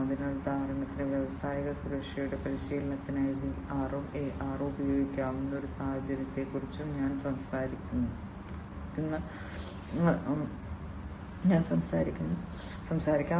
അതിനാൽ ഉദാഹരണത്തിന് വ്യാവസായിക സുരക്ഷയുടെ പരിശീലനത്തിനായി VR ഉം AR ഉം ഉപയോഗിക്കാവുന്ന ഒരു സാഹചര്യത്തെക്കുറിച്ചും ഞാൻ സംസാരിക്കുന്ന സാഹചര്യങ്ങളുണ്ട്